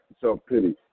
self-pity